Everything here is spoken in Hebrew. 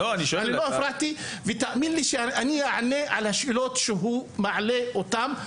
אני לא הפרעתי ותאמין לי שאני אענה על השאלות שהוא מעלה אותן,